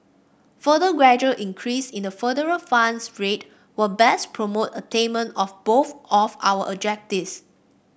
further gradual increase in the federal funds rate will best promote attainment of both of our objectives